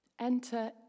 Enter